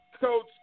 Coach